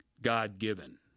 God-given